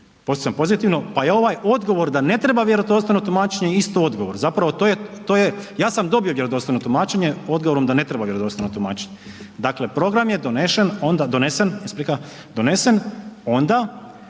… pozitivno, pa je ovaj odgovor da ne treba vjerodostojno tumačenje isto odgovor. Zapravo to je ja sam dobio vjerodostojno tumačenje odgovorom da ne treba vjerodostojno tumačiti. Dakle, program je donesen onda kada je općinsko vijeće na